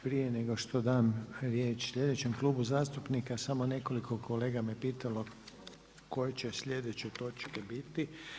Prije nego što dam riječ sljedećem klubu zastupnika, samo nekoliko kolega me pitalo, koje će sljedeće točke biti.